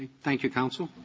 thank you, counsel.